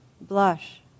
blush